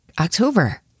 October